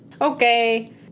Okay